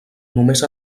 només